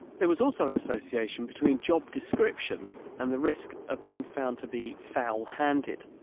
there was also an association between job description and the risk of being found to be foul-handed.